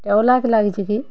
ଇଟା ଓଲାକେ ଲାଗିଛେ କି